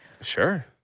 Sure